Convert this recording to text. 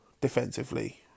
defensively